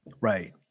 Right